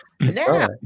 Now